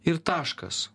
ir taškas